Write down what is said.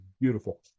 Beautiful